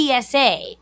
PSA